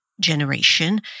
generation